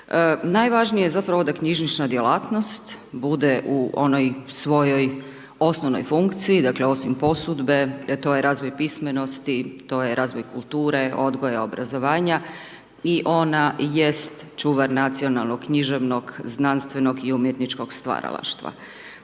Najvažnije je zapravo da knjižnična djelatnost bude u onoj svojoj osnovnoj funkciji, dakle osim posudbe, to je razvoj pismenosti, to je razvoj kulture, odgoja, obrazovanja i ona jest čuvar nacionalnog, književnog, znanstvenog i umjetničkog stvaralaštva.